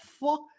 fuck